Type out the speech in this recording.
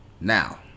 Now